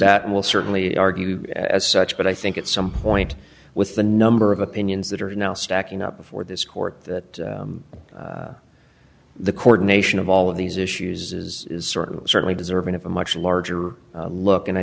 that will certainly argue as such but i think at some point with the number of opinions that are now stacking up before this court that the court a nation of all of these issues is sort of certainly deserving of a much larger look and i